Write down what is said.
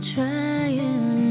Trying